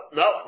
no